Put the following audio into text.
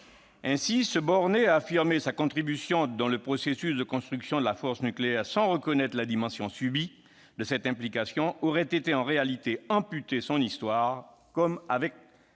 Ainsi, se borner à affirmer sa contribution au processus de construction de force nucléaire sans reconnaître la dimension « subie » de cette implication aurait été, en réalité, amputer son histoire commune avec